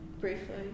briefly